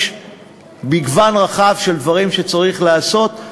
יש מגוון רחב של דברים שצריך לעשות.